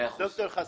ד"ר חסון,